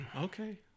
Okay